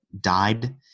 died